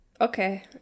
okay